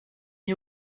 n’y